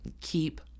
keep